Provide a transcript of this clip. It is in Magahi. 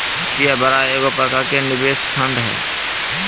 हेज या बाड़ा एगो प्रकार के निवेश फंड हय